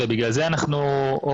בגלל זה אנחנו אומרים שזה הפרויקט